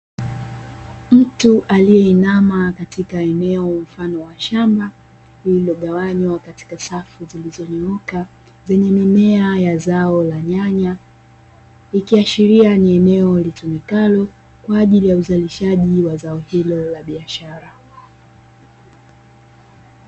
Mtu aliyeinama katika eneo mfano wa shamba lililogawanywa katika safu zilizonyooka zenye mimea ya zao la nyanya. Ikiashiria ni eneo litumikalo kwa ajili ya uzalishaji wa zao hilo la biashara.